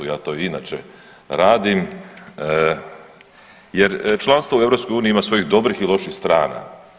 Ja to i inače radim jer članstvo u EU ima svojih dobrih i loših strana.